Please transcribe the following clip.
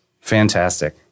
Fantastic